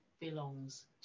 belongs